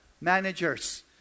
managers